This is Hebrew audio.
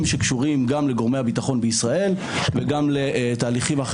שקשורים גם לגורמי הביטחון בישראל,